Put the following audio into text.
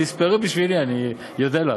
תספרי בשבילי, אני אודה לך.